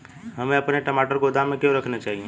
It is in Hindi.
हमें अपने टमाटर गोदाम में क्यों रखने चाहिए?